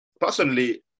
personally